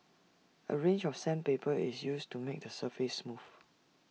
A range of sandpaper is used to make the surface smooth